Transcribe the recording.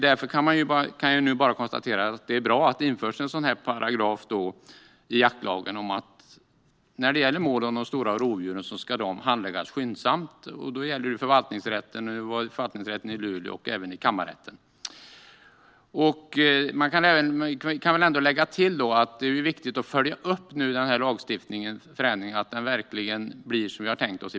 Därför konstaterar jag nu att det är bra att det införs en paragraf i jaktlagen om att mål om de stora rovdjuren ska handläggas skyndsamt. Detta gäller Förvaltningsrätten i Luleå och även kammarrätten. Det är viktigt att följa upp denna förändring i lagstiftningen så att den i praktiken verkligen blir som vi har tänkt oss.